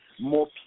more